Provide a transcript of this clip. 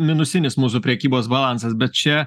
minusinis mūsų prekybos balansas bet čia